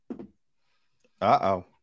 Uh-oh